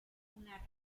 una